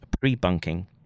pre-bunking